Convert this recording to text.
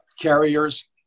carriers